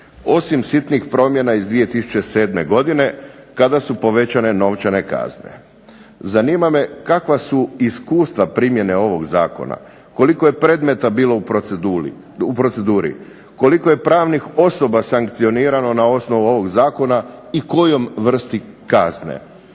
osim sitnih promjena iz 2007. godine, kada su povećane novčane kazne. Zanima me kakva su iskustva primjene ovog zakona? Koliko je predmeta bilo u proceduri? Koliko je pravnih osoba sankcionirano na osnovu ovog zakona i kojom vrsti kazne?